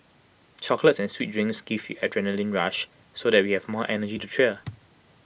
chocolates and sweet drinks gives the adrenaline rush so that we have more energy to cheer